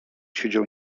siedział